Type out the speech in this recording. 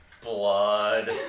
blood